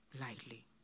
lightly